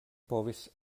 povis